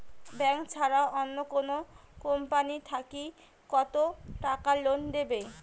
Bank ছাড়া অন্য কোনো কোম্পানি থাকি কত টাকা লোন দিবে?